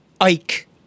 Ike